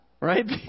right